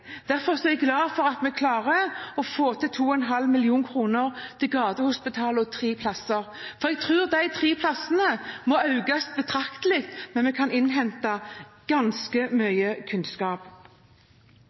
Derfor er jeg glad for at vi klarer å få til 2,5 mill. kr til Gatehospitalet, og tre plasser. Jeg tror at de tre plassene må økes betraktelig, men vi kan innhente ganske